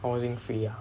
housing free ah